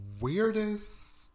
weirdest